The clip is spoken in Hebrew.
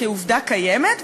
כעובדה קיימת,